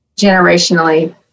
generationally